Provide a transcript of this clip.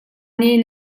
nih